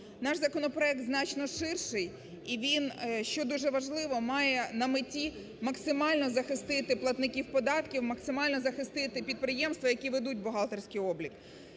Наш законопроект значно ширший і він, що дуже важливо, має на меті максимально захистити платників податків, максимально захистити підприємства, які ведуть бухгалтерський облік.